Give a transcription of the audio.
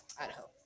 Idaho